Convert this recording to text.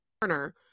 Turner